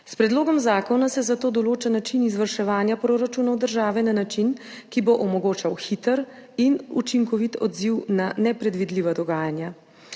S predlogom zakona se zato določa način izvrševanja proračunov države na način, ki bo omogočal hiter in učinkovit odziv na nepredvidljiva dogajanja.